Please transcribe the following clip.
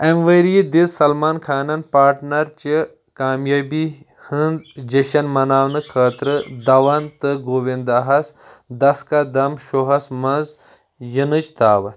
امہِ ؤرۍ یہِ دِژ سلمان خانن پارٹنر چہِ کامیٲبی ہٕنٛز جیٚشن مناونہٕ خٲطرٕ دون تہٕ گووِنٛداہس دس کا دم سوہس منز یِنٕچ دعوت